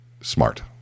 smart